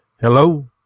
Hello